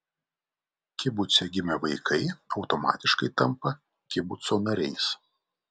kibuce gimę vaikai automatiškai tampa kibuco nariais